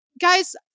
guys